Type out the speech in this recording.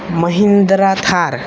Mahindra Thar